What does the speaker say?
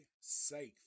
safe